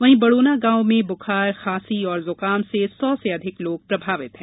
वहीं बड़ोना गांव में बुखार खांसी और जुकाम से सौ से अधिक लोग प्रभावित हैं